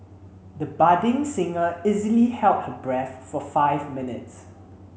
the budding singer easily held her breath for five minutes